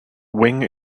wing